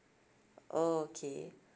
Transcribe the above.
oh okay